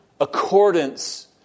accordance